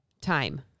time